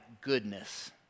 goodness